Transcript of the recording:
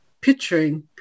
picturing